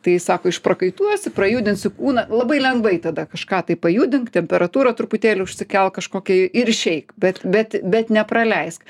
tai sako išprakaituosi prajudinsi kūną labai lengvai tada kažką tai pajudink temperatūrą truputėlį užsikelk kažkokią ir išeik bet bet bet nepraleisk